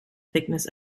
thickness